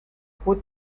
put